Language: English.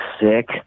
sick